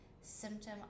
Symptom